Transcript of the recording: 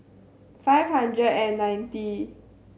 five hundred and ninety